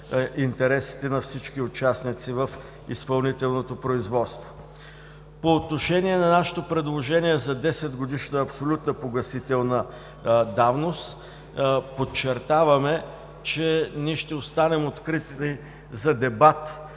интересите на всички участници в изпълнителното производство. По отношение на нашето предложение за 10-годишна абсолютна погасителна давност, подчертаваме, че ние ще останем открити за дебат,